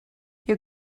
your